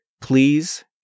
please